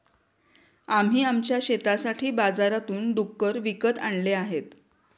आम्ही आमच्या शेतासाठी बाजारातून डुक्कर विकत आणले आहेत